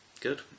Good